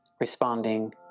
responding